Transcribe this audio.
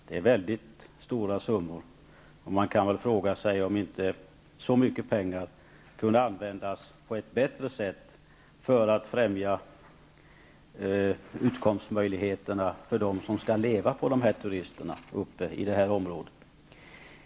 Det är mycket stora summor, och man kan fråga sig om inte så mycket pengar kunde användas på ett bättre sätt för att främja utkomstmöjligheterna för dem som skall leva på turisterna i det här området.